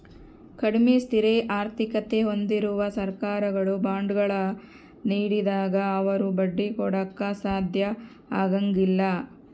ಕಡಿಮೆ ಸ್ಥಿರ ಆರ್ಥಿಕತೆ ಹೊಂದಿರುವ ಸರ್ಕಾರಗಳು ಬಾಂಡ್ಗಳ ನೀಡಿದಾಗ ಅವರು ಬಡ್ಡಿ ಕೊಡಾಕ ಸಾಧ್ಯ ಆಗಂಗಿಲ್ಲ